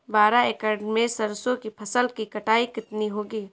बारह एकड़ में सरसों की फसल की कटाई कितनी होगी?